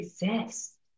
exist